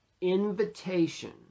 invitation